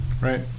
Right